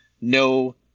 no